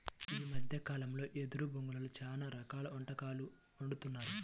ఈ మద్దె కాలంలో వెదురు బొంగులో చాలా రకాల వంటకాలు వండుతున్నారు